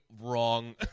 wrong